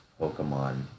Pokemon